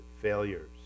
failures